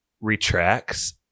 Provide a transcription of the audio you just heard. retracts